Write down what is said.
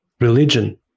religion